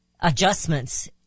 adjustments